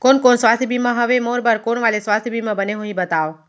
कोन कोन स्वास्थ्य बीमा हवे, मोर बर कोन वाले स्वास्थ बीमा बने होही बताव?